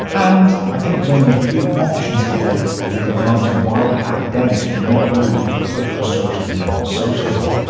and i think there's only a few options here with regard to why the academics do not believe hitler's socialism was socialism.